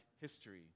history